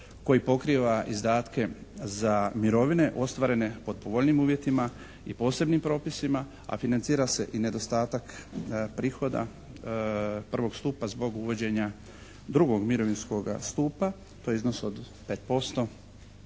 koji pokriva izdatke za mirovine ostvarene pod povoljnijim uvjetima i posebnim propisima a financira se i nedostatak prihoda prvog stupa zbog uvođenja drugoga mirovinskoga stupa, to je iznos od 5%.